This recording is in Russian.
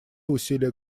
усилия